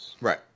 Right